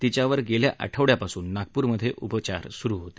तिच्यावर गेल्या आठवड्यापासून नागपूरमध्ये उपचार सुरु होते